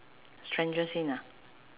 strangest thing ah